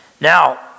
Now